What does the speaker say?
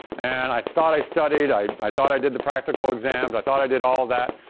and i thought i studied, i i thought i did the practical exams i thought i did all that,